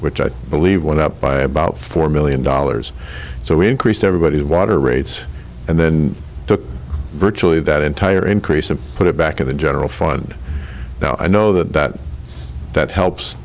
which i believe went up by about four million dollars so we increased everybody's water rates and then took virtually that entire increase and put it back in the general fund now i know that that that helps